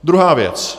Druhá věc.